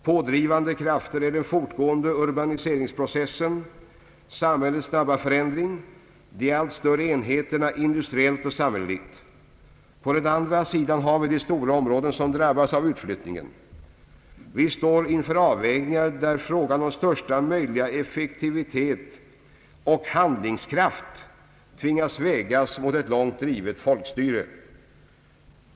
Pådrivande krafter är den fortgående urbaniseringsprocessen, samhällets snabba förändring, de allt större enheterna, industriellt och samhälleligt. På den andra sidan har vi stora områden som drabbas av utflyttningen. Vi står inför avvägningar, där frågan om största möjliga effektivitet måste vägas mot ett långt drivet folkstyre.